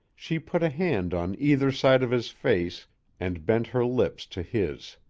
she put a hand on either side of his face and bent her lips to his.